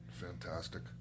fantastic